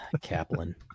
Kaplan